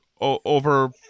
over